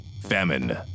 famine